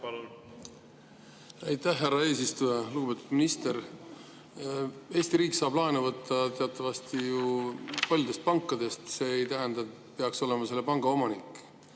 palun! Aitäh, härra eesistuja! Lugupeetud minister! Eesti riik saab laenu võtta teatavasti ju paljudest pankadest, see ei tähenda, et peaks olema selle panga omanik.